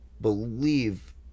believe